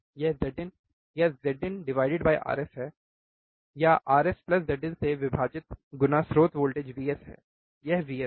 यह Zin या Zin RS है या RS प्लस Zin से विभाजित गुणा स्रोत वोल्टेज VS यह VS है